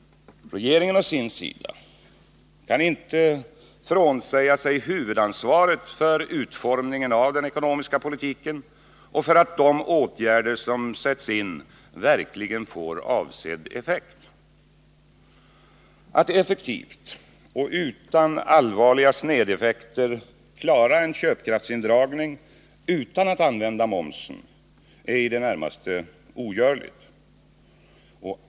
Regeringen å sin sida kan inte frånsäga sig huvudansvaret för utformningen av den ekonomiska politiken och för att de åtgärder som sätts in verkligen får avsedd effekt. Att effektivt och utan allvarliga snedeffekter klara en köpkraftsindragning utan att använda momsen är i det närmaste ogörligt.